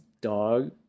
dog